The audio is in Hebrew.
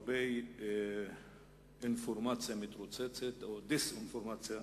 הרבה אינפורמציה מתרוצצת, או דיסאינפורמציה,